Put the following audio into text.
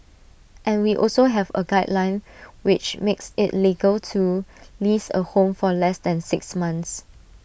and we also have A guideline which makes IT legal to lease A home for less than six months